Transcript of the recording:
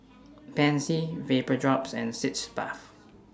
Pansy Vapodrops and Sitz Bath